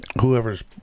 Whoever's